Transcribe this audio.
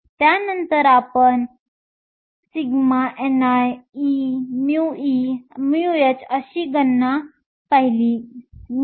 त्यानंतर आपण σ ni e μe आणि μh अशी गणना करू शकतो